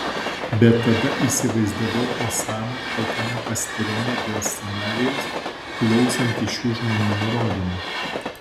bet tada įsivaizdavau osaną tokiame pasitarime dėl scenarijaus klausantį šių žmonių nurodymų